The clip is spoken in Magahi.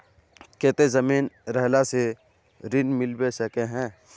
केते जमीन रहला से ऋण मिलबे सके है?